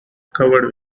covered